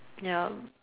ya